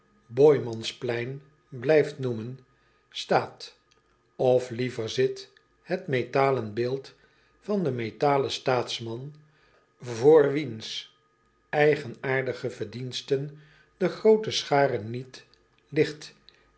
blijft noemen staat of liever zit het metalen beeld van den metalen staatsman voor wiens eigenaardige verdiensten de groote schare niet ligt